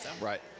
Right